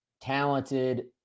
talented